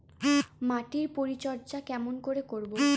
মাটির পরিচর্যা কেমন করে করব?